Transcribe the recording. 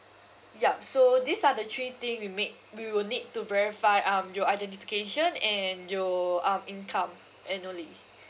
ya so these are the three thing we made we will need to verify um your identification and your um income annually